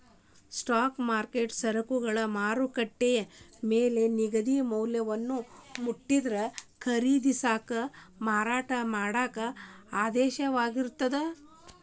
spot ಮಾರುಕಟ್ಟೆ ಸರಕುಗಳ ಮಾರುಕಟ್ಟೆ ಬೆಲಿ ನಿಗದಿತ ಮೌಲ್ಯವನ್ನ ಮುಟ್ಟಿದ್ರ ಖರೇದಿಸಾಕ ಮಾರಾಟ ಮಾಡಾಕ ಆದೇಶವಾಗಿರ್ತದ